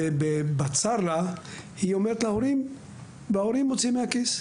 ובצר לה, היא אומרת להורים וההורים מוציאים מהכיס.